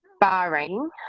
barring